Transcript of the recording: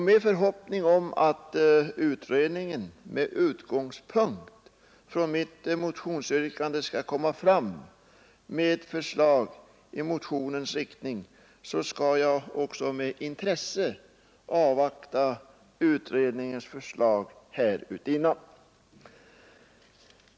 Med förhoppning om att utredningen med utgångspunkt i mitt motionsyrkande skall komma fram med ett förslag i motionens syfte skall jag med intresse avvakta utredningens förslag härutinnan.